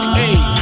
hey